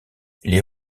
les